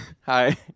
hi